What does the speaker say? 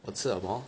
我吃什么